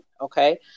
okay